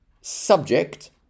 subject